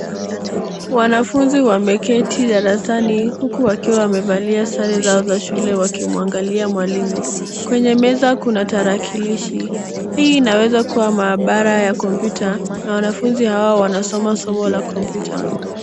Wanafunzi wameketi darasani huku wakiwa wamevalia sare zao za shule wakimwangalia mwalimu. Kwenye meza kuna tarakilishi. Hii inaweza kuwa maabara ya kompyuta na wanafunzi hawa wanasoma somo la kompyuta.